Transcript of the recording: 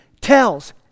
tells